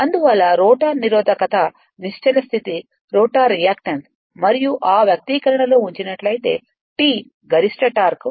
అందువల్ల రోటర్ నిరోధకత నిశ్చల స్థితి రోటర్ రియాక్టన్స్ మరియు ఆ వ్యక్తీకరణలో ఉంచినట్లయితే T గరిష్ట టార్క్ 3 ω S 0